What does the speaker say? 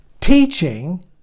teaching